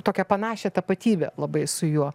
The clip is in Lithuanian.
tokią panašią tapatybę labai su juo